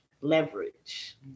leverage